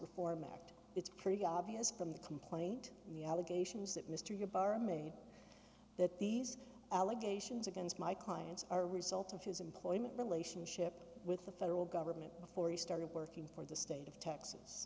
reform act it's pretty obvious from the complaint the allegations that mr your bar made that these allegations against my clients are result of his employment relationship with the federal government before he started working for the state of texas